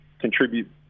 contribute